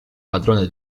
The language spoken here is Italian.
padrone